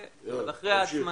יאללה, תמשיך.